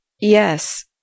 Yes